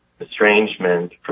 estrangement